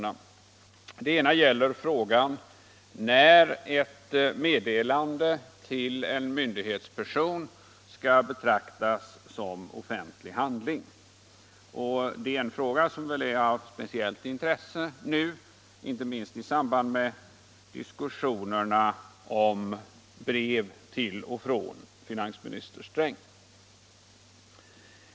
Den ena punkten gäller frågan när ett meddelande till en myndighetsperson skall betraktas som offentlig handling. Det är en fråga som är av speciellt intresse nu, inte minst i samband med diskussionerna om brev till och från finansminister Sträng.